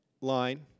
line